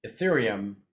Ethereum